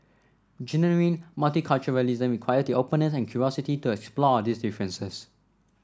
genuine multiculturalism require the openness and curiosity to explore these differences